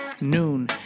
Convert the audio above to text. noon